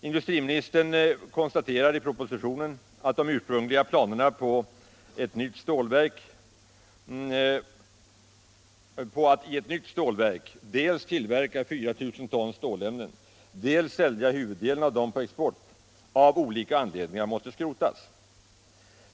Industriministern konstaterar i propositionen att de ursprungliga planerna på att i ett nytt stålverk dels tillverka 4 000 ton stålämnen, dels sälja huvuddelen därav på export av olika anledningar måste skrotas.